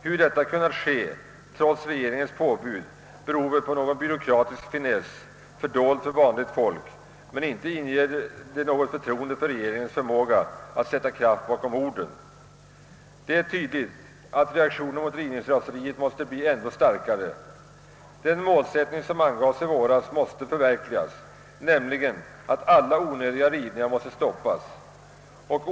Att detta kunnat ske trots regeringens påbud beror väl på någon byråkratisk finess, fördold för vanligt folk, men inte inger det något förtroende för regeringens förmåga att sätta kraft bakom orden. Det är tydligt att reaktionen mot rivningsraseriet måste bli ännu starkare. Den målsättning som angavs i våras nämligen att alla onödiga rivningar skall stoppas, måste förverkligas.